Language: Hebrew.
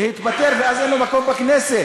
להתפטר, ואז אין לו מקום בכנסת.